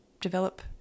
develop